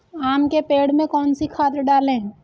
आम के पेड़ में कौन सी खाद डालें?